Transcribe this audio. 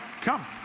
come